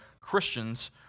Christians